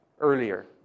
earlier